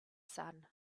sun